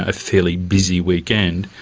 ah fairly busy weekend,